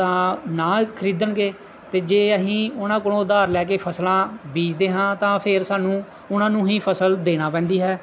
ਤਾਂ ਨਾ ਖਰੀਦਣਗੇ ਅਤੇ ਜੇ ਅਸੀਂ ਉਹਨਾਂ ਕੋਲੋਂ ਉਧਾਰ ਲੈ ਕੇ ਫਸਲਾਂ ਬੀਜਦੇ ਹਾਂ ਤਾਂ ਫਿਰ ਸਾਨੂੰ ਉਹਨਾਂ ਨੂੰ ਹੀ ਫਸਲ ਦੇਣੀ ਪੈਂਦੀ ਹੈ